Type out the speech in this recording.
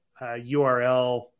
URL